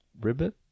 ribbit